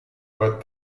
but